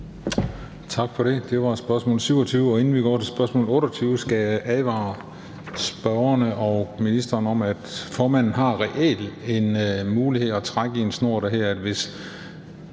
Tak for det. Det var spørgsmål 27. Inden vi går til spørgsmål 28, skal jeg advare spørgerne og ministeren om, at formanden reelt har en mulighed for at trække i en snor, der hedder,